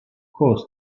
course